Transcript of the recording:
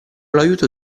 l’aiuto